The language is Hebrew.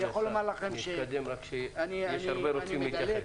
מכובדי השר, נתקדם כי יש הרבה שרוצים להתייחס.